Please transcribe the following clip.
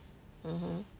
mmhmm